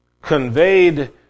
conveyed